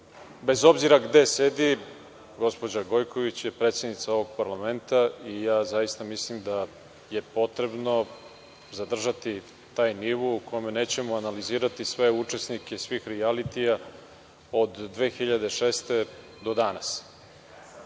obzira gde sedi, gospođa Gojković je predsednica ovog parlamenta i zaista mislim da je potrebno zadržati taj nivo u kome nećemo analizirati sve učesnike svih rijalitija od 2006. godine